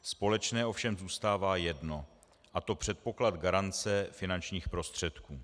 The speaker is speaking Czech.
Společné ovšem zůstává jedno, a to předpoklad garance finančních prostředků.